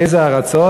באיזה ארצות,